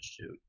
shoot